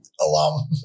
alum